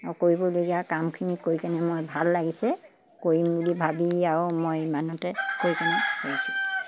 আৰু কৰিবলগীয়া কামখিনি কৰি কিনে মই ভাল লাগিছে কৰিম বুলি ভাবি আৰু মই ইমানতে কৰি কেনে কৰিছোঁ